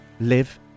live